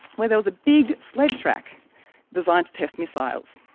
where there was a big sled track designed to test missiles.